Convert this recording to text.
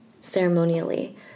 ceremonially